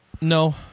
No